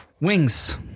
wings